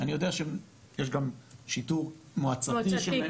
אני יודעת שיש גם שיטור מועצתי --- מועצתי,